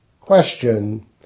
Question